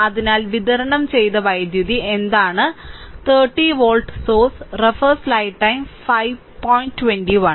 അതിനാൽ വിതരണം ചെയ്ത വൈദ്യുതി എന്താണ് 30 വോൾട്ട് സോഴ്സ്